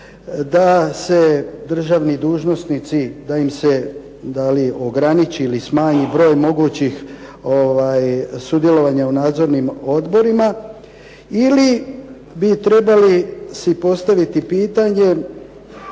da se državni dužnosnici, da im se da li ograniči ili smanji broj mogućih sudjelovanja u nadzornim odborima, ili bi trebali si postaviti pitanje